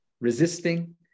resisting